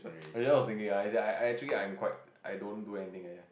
acually I was thinking I I actually I'm quite I don't do anything